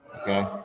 Okay